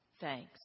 Thanks